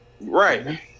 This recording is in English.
Right